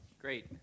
Great